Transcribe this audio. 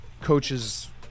coaches